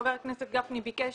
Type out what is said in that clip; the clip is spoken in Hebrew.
חבר הכנסת גפני ביקש